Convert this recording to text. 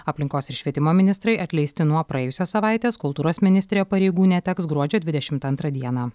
aplinkos ir švietimo ministrai atleisti nuo praėjusios savaitės kultūros ministrė pareigų neteks gruodžio dvidešimt antrą dieną